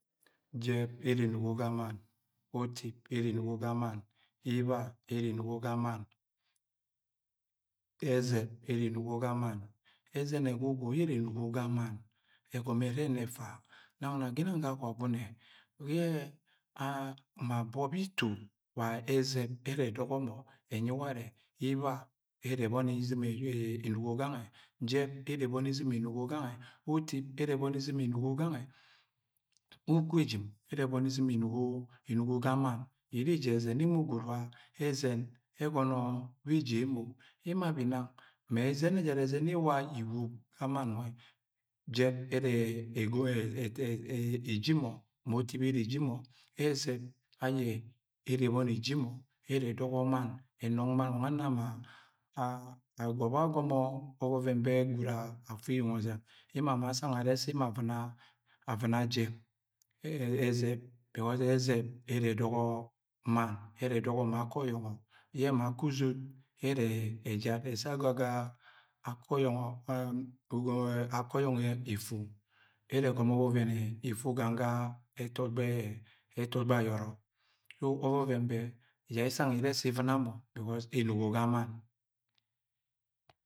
Jẹb ere enugo ga mann. Utip ere enugo ga mann. Iba ere enugo ga mann. Ẹzẹb ere enugo ga mann. Ẹzẹn ẹgwugwun ere enugo ga mann ẹgọmọ ẹrẹ ẹna ẹfa. Nang na ginang ga Agwagune yẹ ma bọb yẹ ito wa ẹzẹb ẹrẹ ẹdụgọ ẹnyi warẹ. Iba ẹrẹ ẹbọni izɉm enugo gangẹ. Jẹbẹrẹ ẹbọni izɉm enugo gange. Utip ẹrẹ ebọni izɉm enugo gangẹ Ugwu ejim ẹrẹ ebọni izɉm enugo, enugo ga mann, ere iji ẹzẹn emo gwud wa ẹzẹn ẹgọnọ beji emo. Emo abi nang ma ẹzẹn ejara yẹ ẹwa iwogi, jẹb ẹrẹ eji mọ, ma utio ere eji mọ, ẹzẹb ọyẹ ẹrẹ ẹbọni eji mọ. Ẹrẹ ẹdugọ mann, ẹnong mann, ena ma agọbẹ agọmọ ọvẹvẹn bẹ gwud afu eyeng ọzɉm emo ama asang arẹ sẹ emo avɉna jeb, ẹzẹb bicas ẹzẹb ẹrẹ ẹdugọ mann. Ẹrẹ ẹdugọ ma akẹ ọyọngọ yẹ ma akẹ uzot ẹrẹ ẹjad ẹsẹ aga akẹ ọyọngọ efu. Yẹ ẹrẹ ẹgọmọ ọvẹvẹn efu ga ẹtọgbọ ẹ, ẹtọbọ ayọrọ ọvẹvẹn bẹ ja isanv irẹ sẹ ivɉna mọ. Enugo ga mann.